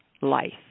life